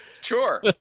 Sure